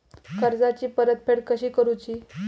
कर्जाची परतफेड कशी करुची?